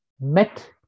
met